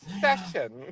session